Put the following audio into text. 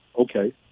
Okay